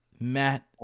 Matt